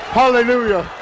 hallelujah